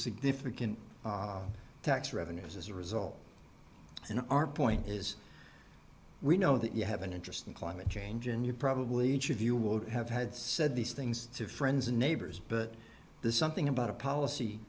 significant tax revenues as a result and our point is we know that you have an interest in climate change and you probably have you would have had said these things to friends and neighbors but there's something about a policy